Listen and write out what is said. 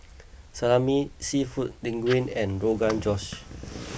Salami Seafood Linguine and Rogan Josh